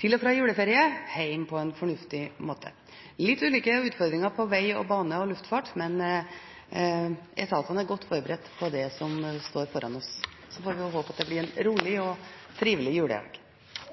til og fra juleferie, hjem på en fornuftig måte. Det er litt ulike utfordringer på vei, bane og luftfart, men etatene er godt forberedt på det som står foran oss. Så får vi håpe at det blir en rolig og